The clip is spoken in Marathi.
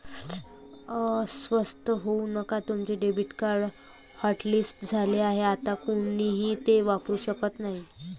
अस्वस्थ होऊ नका तुमचे डेबिट कार्ड हॉटलिस्ट झाले आहे आता कोणीही ते वापरू शकत नाही